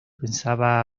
pensaba